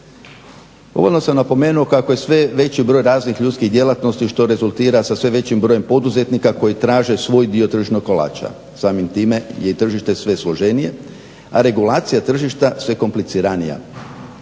Uvodno sam napomenuo kako je sve veći broj raznih ljudskih djelatnosti što rezultira sa sve većim brojem poduzetnika koji traže svoj dio tržišnog kolača. Samim time je i tržište sve složenije, a regulacija tržišta sve kompliciranija.